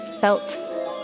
felt